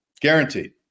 guaranteed